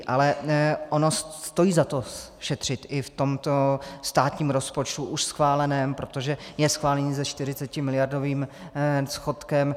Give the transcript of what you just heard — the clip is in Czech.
Ale ono stojí za to šetřit i v tomto státním rozpočtu už schváleném, protože je schválen se 40miliardovým schodkem.